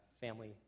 family